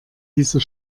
dieser